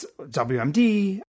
WMD